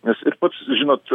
nes ir pats žinot